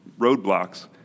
roadblocks